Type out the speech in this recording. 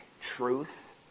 truth